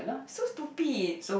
so stupid